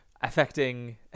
affecting